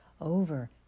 over